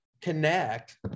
connect